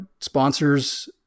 sponsors